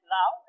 now